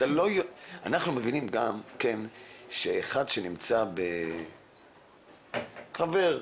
אנחנו מבינים גם שאחד שנמצא, חבר,